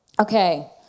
okay